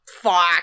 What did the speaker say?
fuck